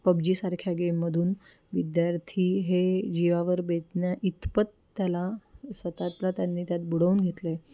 पबजीसारख्या गेममधून विद्यार्थी हे जीवावर बेतण्या इतपत त्याला स्व त ला त्यांनी त्यात बुडवून घेतलं आहे